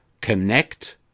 Connect